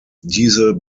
diese